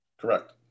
Correct